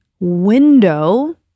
window